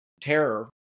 terror